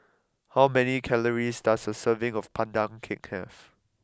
how many calories does a serving of Pandan Cake have